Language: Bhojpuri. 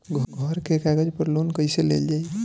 घर के कागज पर लोन कईसे लेल जाई?